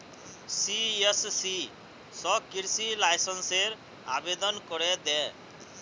CSC स कृषि लाइसेंसेर आवेदन करे दे